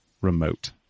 remote